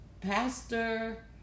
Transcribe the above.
Pastor